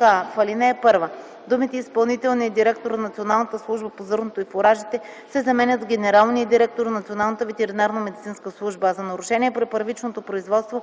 а) в ал. 1 думите „изпълнителния директор на Националната служба по зърното и фуражите” се заменят с „генералния директор на Националната ветеринарномедицинска служба, а за нарушения при първичното производство